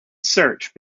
search